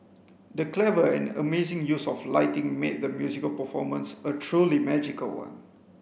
the clever and amazing use of lighting made the musical performance a truly magical one